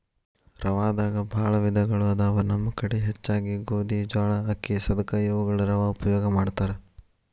ರವಾದಾಗ ಬಾಳ ವಿಧಗಳು ಅದಾವ ನಮ್ಮ ಕಡೆ ಹೆಚ್ಚಾಗಿ ಗೋಧಿ, ಜ್ವಾಳಾ, ಅಕ್ಕಿ, ಸದಕಾ ಇವುಗಳ ರವಾ ಉಪಯೋಗ ಮಾಡತಾರ